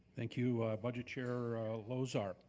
thank you, budget chair lozar.